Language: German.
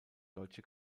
deutsche